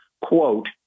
quote